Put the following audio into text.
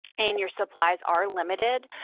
and your supplies are limited,